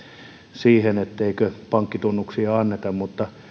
siihen etteikö pankkitunnuksia anneta mutta